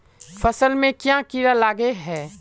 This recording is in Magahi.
फसल में क्याँ कीड़ा लागे है?